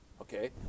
okay